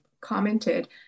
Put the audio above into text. commented